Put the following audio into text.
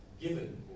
given